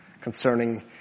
concerning